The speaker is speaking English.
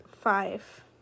Five